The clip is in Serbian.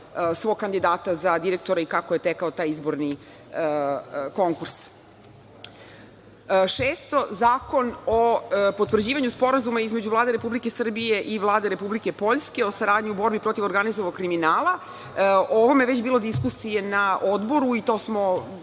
svog kandidata za direktora i kako je tekao taj izborni konkurs? Šesto, Predlog zakona o potvrđivanju Sporazuma između Vlade Republike Srbije i Vlade Republike Poljske o saradnji u borbi protiv organizovanog kriminala. O ovome je već bilo diskusije na odboru i to smo